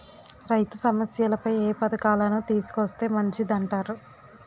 రైతు సమస్యలపై ఏ పథకాలను తీసుకొస్తే మంచిదంటారు?